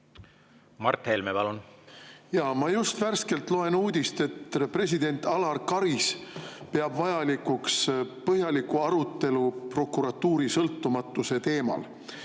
sellesama … Ma just värskelt loen uudist, et president Alar Karis peab vajalikuks põhjalikku arutelu prokuratuuri sõltumatuse teemal